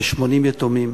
ל-80 יתומים